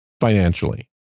financially